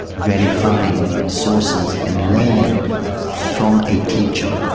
very fine sources and learning from a teacher,